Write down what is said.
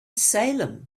salem